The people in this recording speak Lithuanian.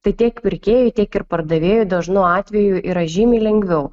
tai tiek pirkėjui tiek ir pardavėjui dažnu atveju yra žymiai lengviau